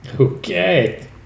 Okay